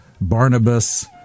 Barnabas